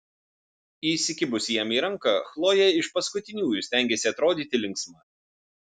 įsikibusi jam į ranką chlojė iš paskutiniųjų stengėsi atrodyti linksma